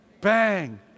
bang